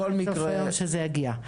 אני מבטיחה שעד סוף היום זה יגיע.